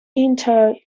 interred